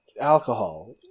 alcohol